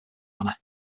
manner